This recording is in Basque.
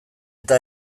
eta